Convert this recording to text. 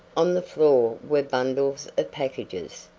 on the floor were bundles of packages,